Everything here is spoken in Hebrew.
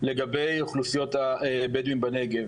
לגבי אוכלוסיות הבדואים בנגב.